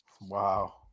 Wow